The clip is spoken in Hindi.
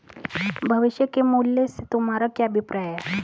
भविष्य के मूल्य से तुम्हारा क्या अभिप्राय है?